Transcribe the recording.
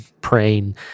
praying